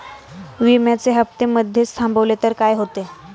विम्याचे हफ्ते मधेच थांबवले तर काय होते?